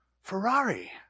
Ferrari